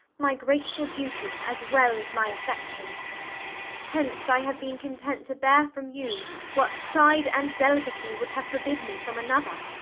my grateful duty, as well as my affection hence i have been content to bear from you what pride and delicacy would have forbid me from another.